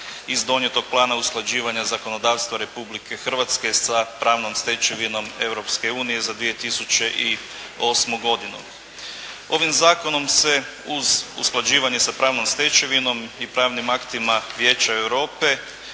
iz donijetog plana usklađivanja zakonodavstva Republike Hrvatske sa pravnom stečevinom Europske unije za 2008. godinu. Ovim zakonom se uz usklađivanje sa pravno stečevinom i pravnim aktima Vijeća Europe